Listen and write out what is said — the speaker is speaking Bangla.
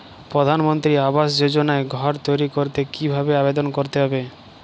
প্রধানমন্ত্রী আবাস যোজনায় ঘর তৈরি করতে কিভাবে আবেদন করতে হবে?